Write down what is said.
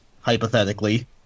hypothetically